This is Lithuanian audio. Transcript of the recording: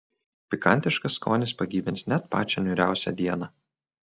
pikantiškas skonis pagyvins net pačią niūriausią dieną